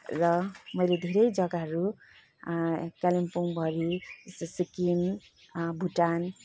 र मैले धेरै जग्गाहरू कालिम्पोङभरि जस्तै सिक्किम भुटान